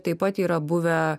taip pat yra buvę